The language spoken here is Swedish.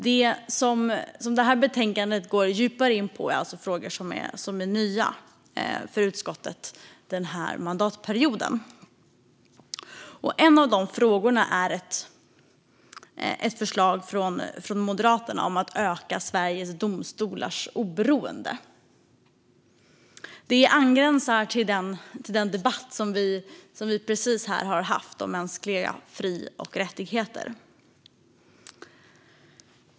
Det som det här betänkandet går djupare in på är alltså frågor som är nya för utskottet den här mandatperioden. En av de frågorna är ett förslag från Moderaterna om att öka Sveriges domstolars oberoende. Det angränsar till den debatt som vi precis har haft här om mänskliga fri och rättigheter.